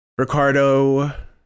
Ricardo